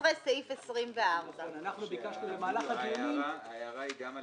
18, סעיף 24. ההערה היא גם על